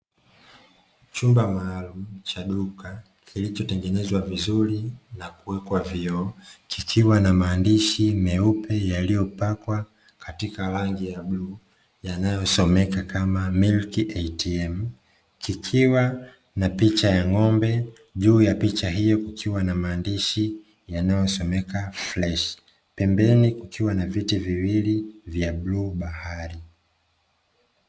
Chumba maalumu cha duka kilichotengenezwa vizuri na kuwekwa vioo, kikiwa na maandishi meupe yaliyopakwa katika rangi ya bluu yanayosomeka kama "Milk ATM". Kikiwa na picha ya ng'ombe, juu ya picha hiyo kukiwa na maandishi yanayosomeka "fresh", pembeni kukiwa na viti viwili vya bluu bahari.